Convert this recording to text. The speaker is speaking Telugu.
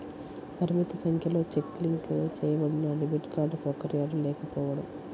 పరిమిత సంఖ్యలో చెక్ లింక్ చేయబడినడెబిట్ కార్డ్ సౌకర్యాలు లేకపోవడం